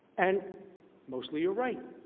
and mostly, you are right.